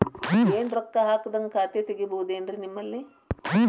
ಏನು ರೊಕ್ಕ ಹಾಕದ್ಹಂಗ ಖಾತೆ ತೆಗೇಬಹುದೇನ್ರಿ ನಿಮ್ಮಲ್ಲಿ?